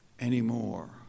anymore